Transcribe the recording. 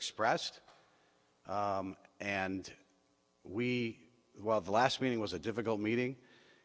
expressed and we while the last meeting was a difficult meeting